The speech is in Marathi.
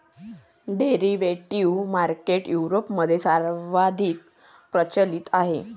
डेरिव्हेटिव्ह मार्केट युरोपमध्ये सर्वाधिक प्रचलित आहे